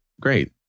great